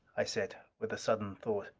i said with sudden thought.